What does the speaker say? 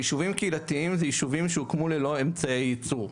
יישובים קהילתיים אלו ישובים שהוקמו ללא אמצעי ייצור.